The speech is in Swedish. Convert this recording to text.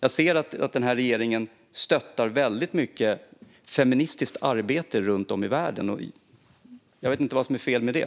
Jag ser att den här regeringen stöttar väldigt mycket feministiskt arbete runt om i världen. Jag vet inte vad som är fel med det.